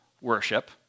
worship